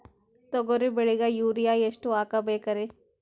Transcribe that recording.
ತೊಗರಿ ಬೆಳಿಗ ಯೂರಿಯಎಷ್ಟು ಹಾಕಬೇಕರಿ?